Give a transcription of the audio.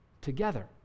together